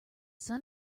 sun